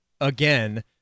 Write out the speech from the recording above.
again